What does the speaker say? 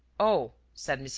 oh, said m.